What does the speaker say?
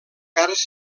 cares